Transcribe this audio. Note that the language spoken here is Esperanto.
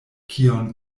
kion